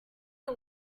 lab